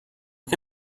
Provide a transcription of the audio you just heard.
que